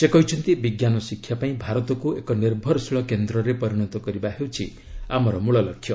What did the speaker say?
ସେ କହିଛନ୍ତି ବିଜ୍ଞାନ ଶିକ୍ଷାପାଇଁ ଭାରତକୁ ଏକ ନିର୍ଭରଶୀଳ କେନ୍ଦ୍ରରେ ପରିଣତ କରିବା ହେଉଛି ଆମର ମୂଳ ଲକ୍ଷ୍ୟ